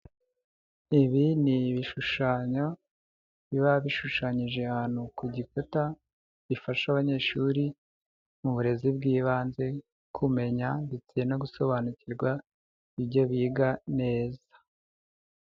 Ibi ni ibishushanyo biba bishushanyije ahantu ku gikuta bifasha abanyeshuri mu burezi bw'ibanze kumenya ndetse no gusobanukirwa ibyo biga neza.